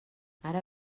ara